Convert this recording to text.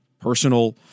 personal